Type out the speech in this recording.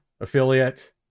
affiliate